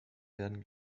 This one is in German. werden